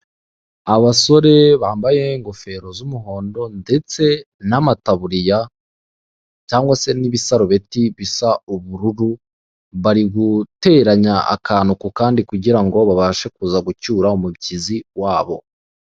Abasore bambaye ingofero z'umuhondo ndetse n'amataburiya cyangwa se n'ibisarubeti bisa ubururu, bari guteranya akantu ku kandi kugira ngo babashe kuza gucyura umubyizi wabo.